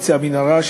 בקצה המנהרה.